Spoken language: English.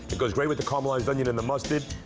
it goes great with the caramelized onion and the mustard.